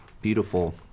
beautiful